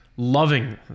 loving